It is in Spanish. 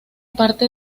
parte